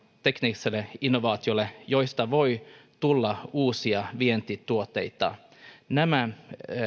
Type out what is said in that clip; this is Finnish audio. teknisille innovaatioille joista voi tulla uusia vientituotteita nämä